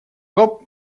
гоп